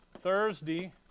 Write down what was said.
Thursday